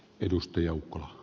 arvoisa puhemies